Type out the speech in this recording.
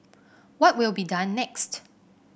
what will be done next